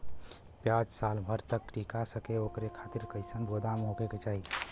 प्याज साल भर तक टीका सके ओकरे खातीर कइसन गोदाम होके के चाही?